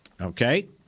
Okay